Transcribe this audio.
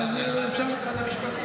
נלחץ על משרד המשפטים.